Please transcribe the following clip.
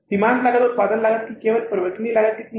सीमांत लागत उत्पादन की केवल परिवर्तनीय लागत कितनी है